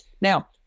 Now